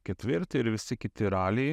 ketvirti ir visi kiti raliai